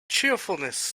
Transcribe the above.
cheerfulness